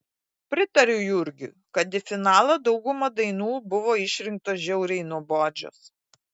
pritariu jurgiui kad į finalą dauguma dainų buvo išrinktos žiauriai nuobodžios